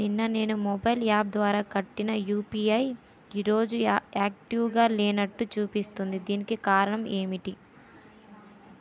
నిన్న నేను mobile app ద్వారా కట్టిన యు.పి.ఐ ఈ రోజు యాక్టివ్ గా లేనట్టు చూపిస్తుంది దీనికి కారణం ఏమిటి?